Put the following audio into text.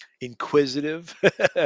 inquisitive